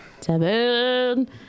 Seven